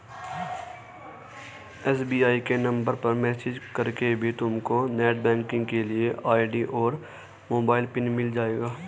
SBI के number पर message करके भी तुमको नेटबैंकिंग के लिए आई.डी और मोबाइल पिन मिल जाएगा